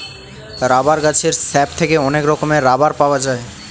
rubber গাছের sap থেকে অনেক রকমের রাবার পাওয়া যায়